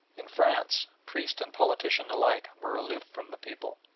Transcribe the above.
in france priest and politician alike were aloof from the people,